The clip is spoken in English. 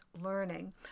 learning